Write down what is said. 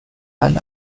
and